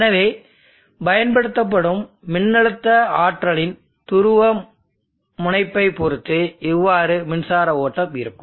எனவே பயன்படுத்தப்படும் மின்னழுத்த ஆற்றலின் துருவமுனைப்பைப் பொறுத்து இவ்வாறு மின்சார ஓட்டம் இருக்கும்